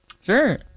Sure